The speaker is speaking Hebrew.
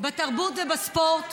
בתרבות ובספורט,